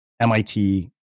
MIT